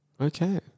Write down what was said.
Okay